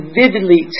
vividly